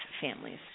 families